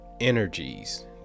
energies